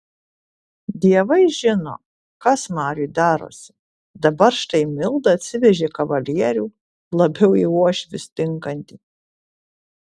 dievai žino kas mariui darosi dabar štai milda atsivežė kavalierių labiau į uošvius tinkantį